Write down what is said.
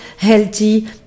healthy